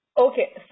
okay